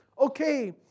okay